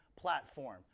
Platform